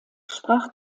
sprach